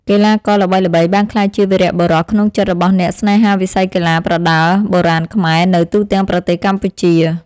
កីឡាករល្បីៗបានក្លាយជាវីរបុរសក្នុងចិត្តរបស់អ្នកស្នេហាវិស័យកីឡាប្រដាល់បុរាណខ្មែរនៅទូទាំងប្រទេសកម្ពុជា។